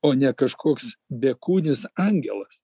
o ne kažkoks bekūnis angelas